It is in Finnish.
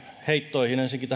heittoihin ensinnäkin